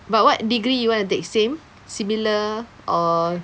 but what degree you want to take same similar or